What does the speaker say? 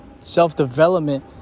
self-development